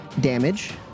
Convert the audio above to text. damage